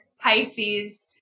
Pisces